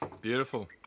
Beautiful